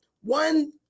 One